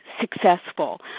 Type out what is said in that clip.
successful